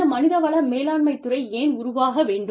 இந்த மனித வள மேலாண்மைத் துறை ஏன் உருவாக வேண்டும்